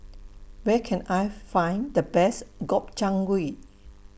Where Can I Find The Best Gobchang Gui